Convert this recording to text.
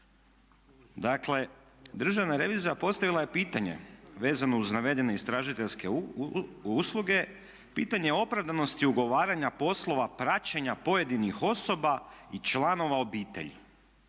Dakle, Državna revizija postavila je pitanje vezano uz navedene istražiteljske usluge, pitanje opravdanosti ugovaranja poslova praćenja pojedinih osoba i članova obitelji.